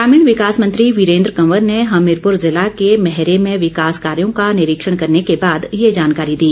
ग्रामीण विकास मंत्री वीरेन्द्र कंवर ने हमीरपूर जिला के मैहरे में विकास कार्यो का निरीक्षण करने के बाद ये जानकारी दी